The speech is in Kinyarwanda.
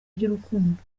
iby’urukundo